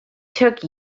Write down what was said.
took